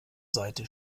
seite